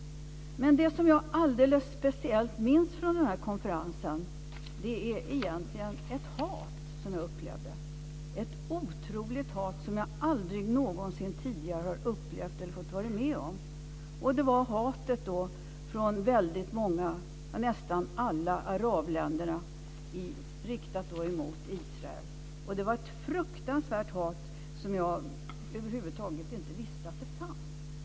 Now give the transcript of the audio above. Men det som jag alldeles särskilt minns från den var ett hat som jag upplevde, ett otroligt intensivt hat som jag aldrig någonsin tidigare har varit med om. Det var ett hat från nästan alla arabländer som var riktat mot Israel. Det var ett fruktansvärt hat som jag över huvud taget inte visste att det fanns.